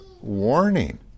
warning